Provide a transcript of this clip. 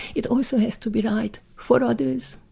it also has to be right for others.